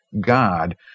God